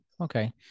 Okay